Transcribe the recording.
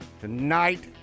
tonight